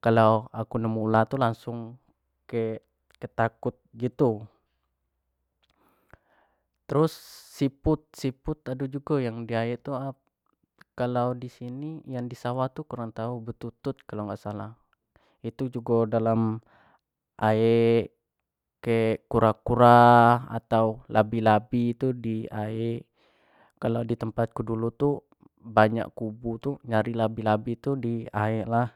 kalau aku nemu ular tu langsung ke-ke takut gitu terus siput, siput tu ado jugo yang di aek tu, kalau disini tu ado jugo yang disawah tu batutut kalau dak salah namo nyo, itu jugo dalam aek, kek kura-kura atau labi-labi tu di aek kalau di tempat ku dulu tu banyak kubu tu nyari labi-labi tu di aek lah